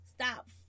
stop